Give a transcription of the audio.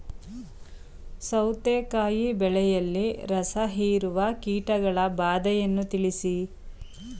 ಸೌತೆಕಾಯಿ ಬೆಳೆಯಲ್ಲಿ ರಸಹೀರುವ ಕೀಟಗಳ ಬಾಧೆಯನ್ನು ತಿಳಿಸಿ?